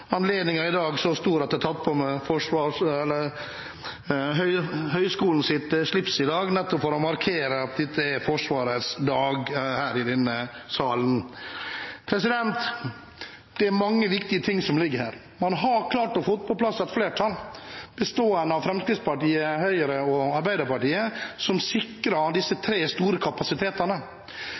tatt på meg høgskolens slips, nettopp for å markere at dette er Forsvarets dag her i denne salen. Det er mange viktige ting som ligger her. Man har klart å få på plass et flertall, bestående av Fremskrittspartiet, Høyre og Arbeiderpartiet, som sikrer disse tre store kapasitetene.